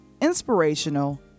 inspirational